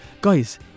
guys